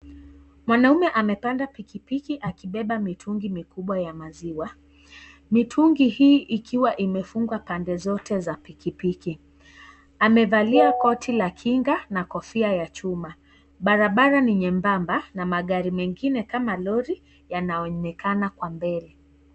Mwanaume amepanda pikipiki akibeba mitungi mikubwa ya maziwa. Mitungii hii ikiwa imefungwa pande zote za pikipiki. Amevalia koti la kinga na kofia ya chuma. Barabara ni nyembamba na magari mengine kama (cs)lorry(cs) yanaonekana kwa mbele.